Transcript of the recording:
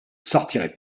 sortirez